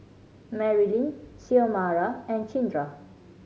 Merlyn Xiomara and Cinda